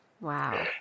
Wow